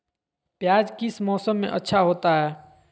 प्याज किस मौसम में अच्छा होता है?